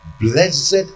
Blessed